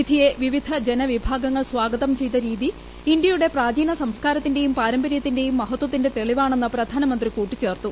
വിധിയെ വിവിധ ജനവിഭാഗങ്ങൾ സ്വാഗതം ചെയ്ത രീതി ഇന്തൃയുടെ പ്രാചീന സംസ്കാരത്തിന്റേയും പാരമ്പര്യത്തിന്റേയും മഹത്വത്തിന്റെ തെളിവാണെന്ന് പ്രധാനമന്ത്രി കൂട്ടിച്ചേർത്തു